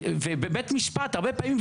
ובבית משפט הרבה פעמים,